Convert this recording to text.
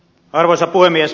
arvoisa puhemies